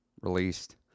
released